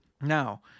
Now